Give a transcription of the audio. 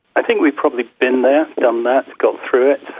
i think we've probably been there, done that, got through it.